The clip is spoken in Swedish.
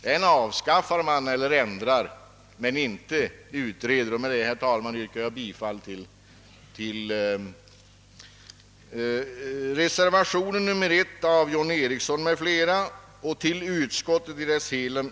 Man avskaffar eller ändrar den, men man utreder den inte. Herr talman! Jag yrkar bifall till reservationen I av herr John : Ericsson m.fl. vid bevillningsutskottets beänkande nr 25.